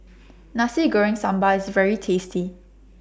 Nasi Goreng Sambal IS very tasty